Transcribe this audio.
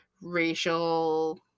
racial